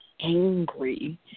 angry